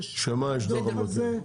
יש דוח על זה,